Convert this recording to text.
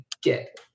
get